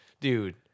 Dude